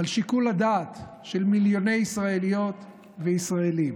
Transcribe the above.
על שיקול הדעת של מיליוני ישראליות וישראלים,